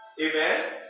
amen